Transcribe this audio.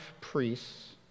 priests